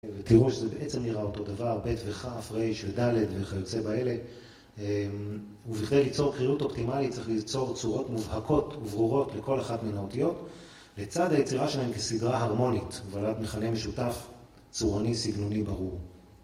ותראו שזה בעצם נראה אותו דבר, ב' וכ' ר' וד' וכיוצא באלה ובכדי ליצור קריאות אופטימלית צריך ליצור צורות מובהקות וברורות לכל אחת מן האותיות לצד היצירה שלהן כסדרה הרמונית ובעלת מכנה משותף, צורני, סגנוני, ברור